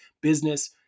business